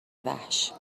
وحش